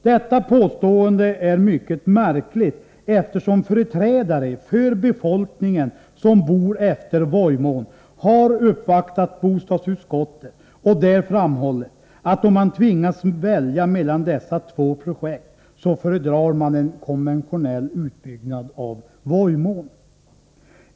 Detta påstående är mycket märkligt, eftersom företrädare för befolkningen som bor efter Vojmån har uppvaktat bostadsutskottet och där framhållit, att om man tvingas välja mellan dessa två projekt, så föredrar man en konventionell utbyggnad av Vojmån.